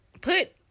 put